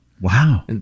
Wow